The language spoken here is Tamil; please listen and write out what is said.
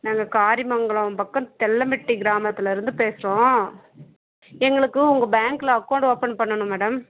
நாங்கள் காரிமங்கலம் பக்கம் தெள்ளம்பட்டி கிராமத்தில் இருந்து பேசுகிறோம் எங்களுக்கு உங்கள் பேங்க்கில் அக்கௌண்ட் ஓப்பன் பண்ணணும் மேடம்